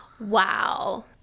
Wow